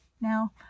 Now